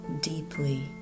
deeply